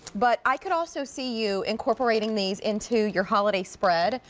but i could also see you incorporating these into your holiday spread,